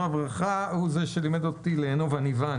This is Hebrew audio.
לברכה הוא זה שלימד אותי לענוב עניבה.